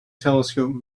telescope